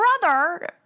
brother